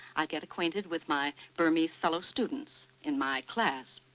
i get acquainted with my burmese fellow students in my class,